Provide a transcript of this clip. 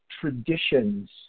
traditions